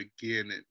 beginning